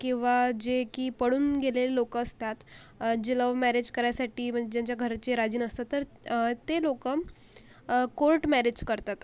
किंवा जे की पळून गेलेले लोकं असतात जे लव्ह मॅरेज करायसाठी म्हणजे ज्यांच्या घरचे राजी नसतात तर ते लोकं कोर्ट मॅरेज करतात